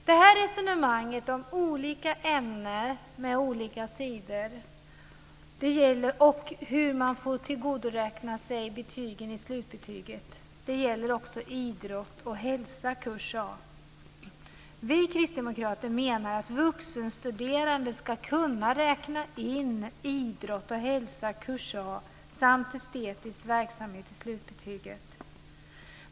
Detta resonemang om olika ämnen med olika sidor och hur man får tillgodoräkna sig betygen i slutbetyget gäller också idrott och hälsa kurs A. Vi kristdemokrater menar att vuxenstuderande ska kunna räkna in idrott och hälsa kurs A samt estetisk verksamhet i slutbetyget.